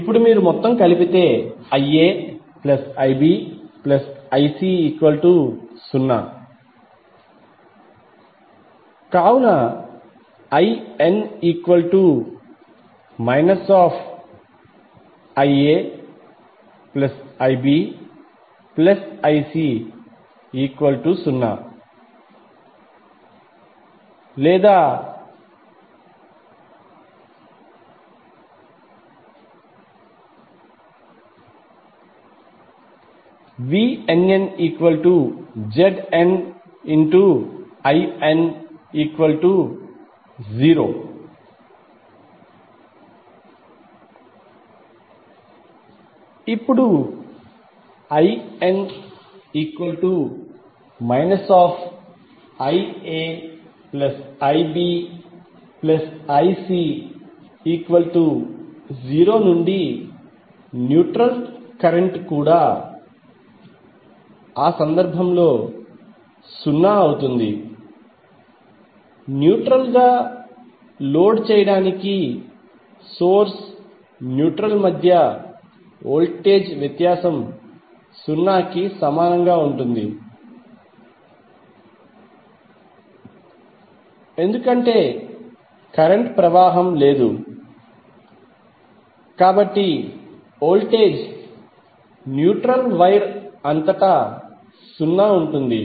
ఇప్పుడు మీరు మొత్తం కలిపితే IaIbIc0 కావున In IaIbIc0 లేదా VnNZnIn0 ఇప్పుడుIn IaIbIc0 నుండి న్యూట్రల్ కరెంట్ కూడా ఆ సందర్భంలో సున్నా అవుతుంది న్యూట్రల్ గా లోడ్ చేయడానికి సోర్స్ న్యూట్రల్ మధ్య వోల్టేజ్ వ్యత్యాసం సున్నాకి సమానంగా ఉంటుంది ఎందుకంటే కరెంట్ ప్రవాహం లేదు కాబట్టి వోల్టేజ్ న్యూట్రల్ వైర్ అంతటా సున్నా ఉంటుంది